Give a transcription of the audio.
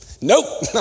Nope